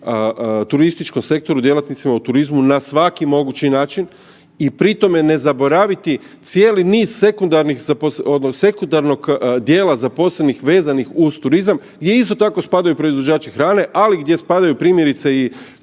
turističkom sektoru, djelatnicima u turizmu na svaki mogući način i pri tome ne zaboraviti cijeli niz sekundarnog dijela zaposlenih vezano uz turizam gdje isto tako spadaju proizvođači hrane, ali gdje spadaju primjerice i